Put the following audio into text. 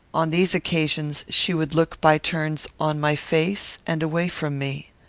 on these occasions she would look by turns on my face and away from me.